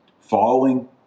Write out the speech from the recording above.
following